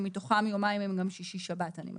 שמתוכם יומיים הם גם שישי-שבת, אני מזכירה.